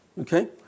Okay